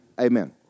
Amen